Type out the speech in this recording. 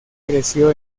creció